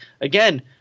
again –